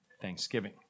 thanksgiving